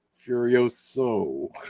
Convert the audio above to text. Furioso